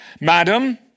Madam